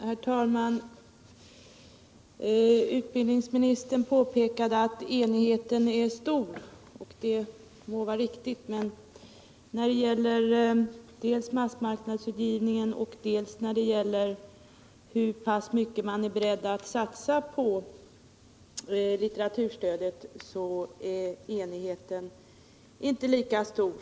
Herr talman! Utbildningsministern påpekade att enigheten är stor och det må vara riktigt, men när det gäller dels massmarknadsutgivningen, dels hur pass mycket man är beredd att satsa på litteraturstödet kan nog sägas att enigheten inte är lika stor.